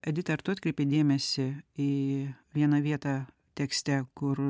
edita ar tu atkreipei dėmesį į vieną vietą tekste kur